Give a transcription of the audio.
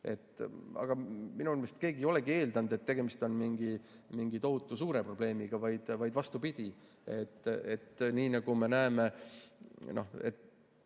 Aga minu meelest keegi ei olegi eeldanud, et tegemist on mingi tohutu suure probleemiga, vaid vastupidi, me näeme, et